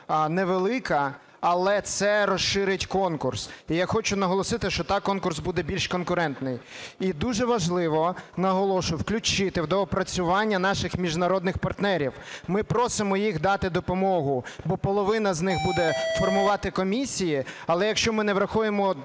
невелика, але це розширить конкурс. І я хочу наголосити, що так конкурс буде більш конкурентний. І дуже важливо, наголошую, включити в доопрацювання наших міжнародних партнерів. Ми просимо їх дати допомогу, бо половина з них буде формувати комісії. Але якщо ми не врахуємо